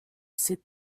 sit